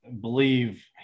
believe